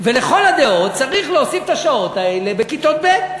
ולכל הדעות צריך להוסיף את השעות האלה בכיתות ב',